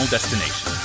destination